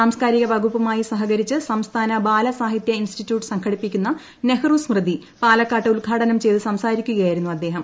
സാംസ്കാരിക വകുപ്പുമായി സഹകരിച്ചു സംസ്ഥാന ബാലസാഹിത്യ ഇൻസ്റ്റിറ്റ്യൂട് സംഘടിപ്പിക്കുന്ന നെഹ്റു സ്മൃതി പാലക്കാട്ട് ഉദ്ഘാടനം ചെയ്ത് സംസാരിക്കുകയായിരുന്നു അദ്ദേഹം